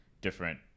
different